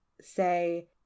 say